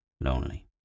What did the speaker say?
lonely